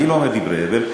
אני לא אומר דברי הבל.